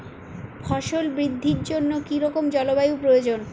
ফসল বৃদ্ধির জন্য কী রকম জলবায়ু প্রয়োজন?